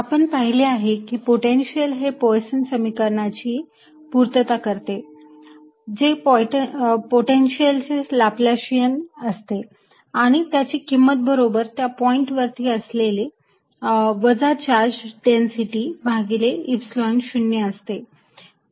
uniqueness of the solution of Laplace and Poisson equations आपण पाहिले आहे की पोटेन्शियल हे पोयसन समीकरणाची पूर्तता करते जे पोटेन्शियल चे लाप्लाशियन असते आणि त्याची किंमत बरोबर त्या पॉईंट वर असलेली वजा चार्ज डेन्सिटी भागिले Epsilon 0 असते